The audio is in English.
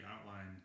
outlined